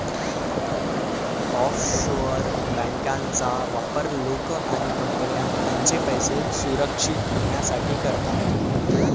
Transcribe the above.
offshore बँकांचा वापर लोक आणि कंपन्या त्यांचे पैसे सुरक्षित ठेवण्यासाठी करतात